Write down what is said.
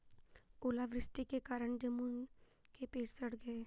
ओला वृष्टि के कारण जामुन के पेड़ सड़ गए